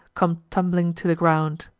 come tumbling to the ground.